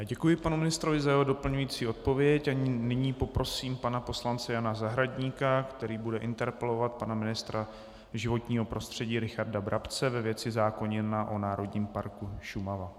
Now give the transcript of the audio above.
Děkuji panu ministrovi za jeho doplňující odpověď a nyní poprosím pana poslance Jana Zahradníka, který bude interpelovat pana ministra životního prostředí Richarda Brabce ve věci zákona o Národním parku Šumava.